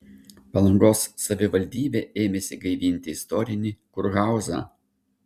palangos savivaldybė ėmėsi gaivinti istorinį kurhauzą